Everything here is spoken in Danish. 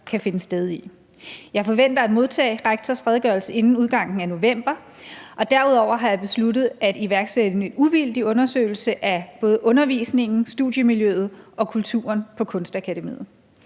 kan finde sted i. Jeg forventer at modtage rektors redegørelse inden udgangen af november, og derudover har jeg besluttet at iværksætte en uvildig undersøgelse af både undervisningen, studiemiljøet og kulturen på Kunstakademiet.